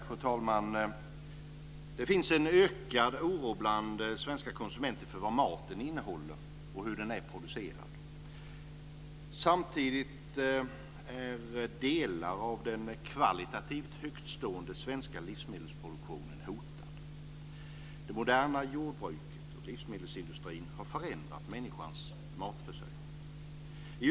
Fru talman! Det finns en ökad oro bland svenska konsumenter för vad maten innehåller och hur den är producerad. Samtidigt är delar av den kvalitativt högtstående svenska livsmedelsproduktionen hotad. Det moderna jordbruket och livsmedelsindustrin har förändrat människornas matförsörjning.